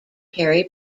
carry